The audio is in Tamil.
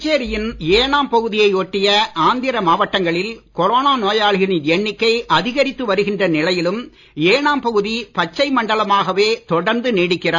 புதுச்சேரி யின் ஏனாம் பகுதியை ஒட்டிய ஆந்திர மாவட்டங்களில் கொரோனா நோயாளிகளின் எண்ணிக்கை அதிகரித்து வருகின்ற தொடர்ந்து நிலையிலும் ஏனாம் பகுதி பச்சை மண்டலமாகவே நீடிக்கிறது